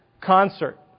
concert